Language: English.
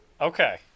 Okay